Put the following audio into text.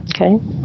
Okay